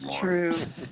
true